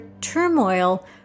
turmoil